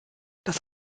das